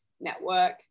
network